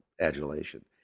adulation